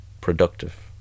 productive